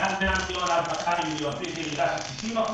מעל 100 מיליון - ירידה של 60%,